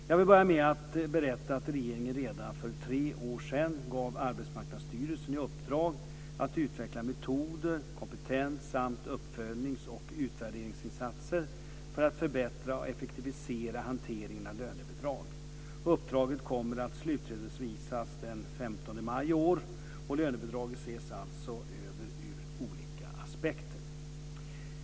Jag vill börja med att berätta att regeringen redan för tre år sedan gav Arbetsmarknadsstyrelsen i uppdrag att utveckla metoder, kompetens samt uppföljnings och utvärderingsinsatser för att förbättra och effektivisera hanteringen av lönebidrag. Uppdraget kommer att slutredovisas den 15 maj i år. Lönebidraget ses alltså över ur olika aspekter.